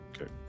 okay